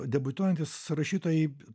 debiutuojantys rašytojai